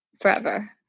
forever